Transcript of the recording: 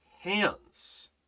hands